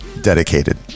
dedicated